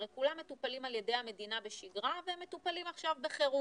הרי כולם מטופלים על ידי המדינה בשגרה והם מטופלים עכשיו בחירום.